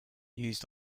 used